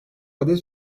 adet